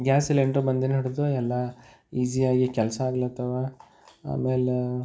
gas cylinder ಬಂದಿನಡ್ದು ಎಲ್ಲ ಈಜಿಯಾಗಿ ಕೆಲಸ ಆಗ್ಲಾತ್ತಾವ ಆಮೇಲೆ